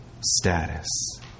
status